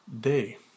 Day